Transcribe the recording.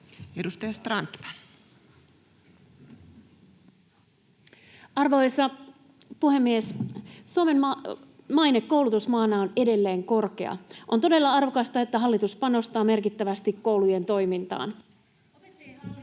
10:25 Content: Arvoisa puhemies! Suomen maine koulutusmaana on edelleen korkea. On todella arvokasta, että hallitus panostaa merkittävästi koulujen toimintaan.